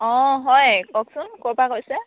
অঁ হয় কওকচোন ক'ৰপৰা কৈছে